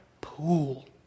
pool